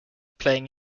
playing